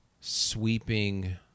sweeping